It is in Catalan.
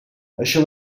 això